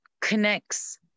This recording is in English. connects